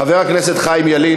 חבר הכנסת חיים ילין.